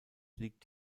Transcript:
liegt